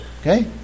Okay